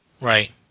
Right